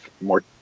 more